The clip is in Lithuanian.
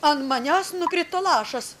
ant manęs nukrito lašas